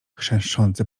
chrzęszczący